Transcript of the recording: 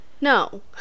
No